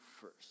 first